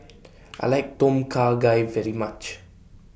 I like Tom Kha Gai very much